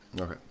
Okay